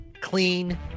clean